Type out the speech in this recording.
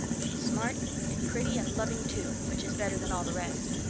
she's smart and pretty, and loving, too, which is better than all the rest.